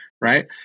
right